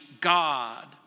God